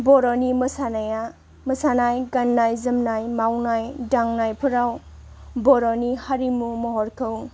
बर'नि मोसानाया मोसानाय गाननाय जोमनाय मावनाय दांनायफोराव बर'नि हारिमु महरखौ